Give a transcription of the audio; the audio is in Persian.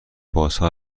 بازها